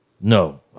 No